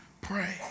pray